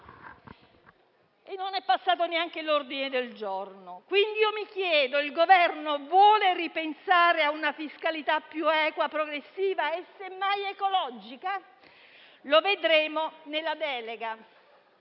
Non è passato neanche l'ordine del giorno in merito. Quindi io mi chiedo se il Governo vuole ripensare a una fiscalità più equa, progressiva e semmai ecologica. Lo vedremo nella delega.